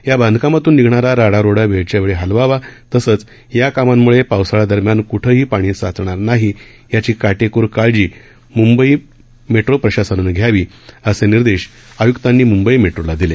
या बांधकामातून निघणारा राडारोडा वेळच्यावेळी हलवावा तसंच या कामांमुळे पावसाळ्या दरम्यान कुठंही पाणी साचणार नाही याची काटेकोर काळजी मुंबई मेट्रो प्रशासनानं घ्यावी असे निर्देश आय्क्तांनी मुंबई मेट्रोला दिले